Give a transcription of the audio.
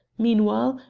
meanwhile,